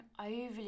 overly